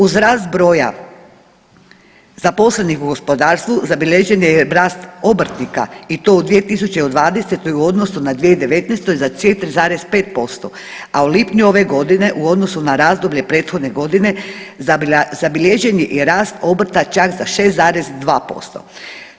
Uz rast broja zaposlenih u gospodarstvu, zabilježen je rast obrtnika i uto u 2020. u odnosu na 2019. za 4,5% a u lipnju ove godine u odnosu na razdoblje prethodne godine zabilježen je i rast obrta čak za 6,2%